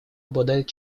обладает